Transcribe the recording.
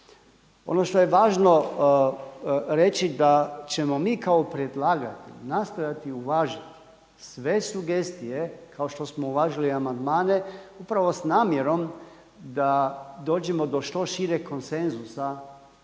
Ono što je važno reći da ćemo mi kao predlagatelj nastojati uvažiti sve sugestije kao što smo uvažili amandmane upravo s namjerom da dođemo do što šireg konsenzusa